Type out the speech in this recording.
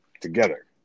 together